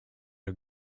are